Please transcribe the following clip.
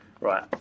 right